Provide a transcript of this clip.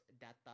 Data